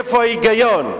איפה ההיגיון?